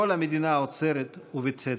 כל המדינה עוצרת, ובצדק.